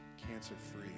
cancer-free